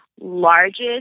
largest